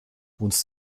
wohnst